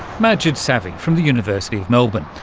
majid sarvi from the university of melbourne.